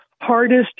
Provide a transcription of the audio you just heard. hardest